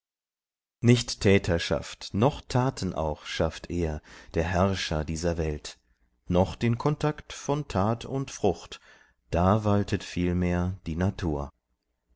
nicht täterschaft noch taten auch schafft er der herrscher dieser welt noch den kontakt von tat und frucht da waltet vielmehr die natur